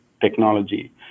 technology